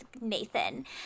nathan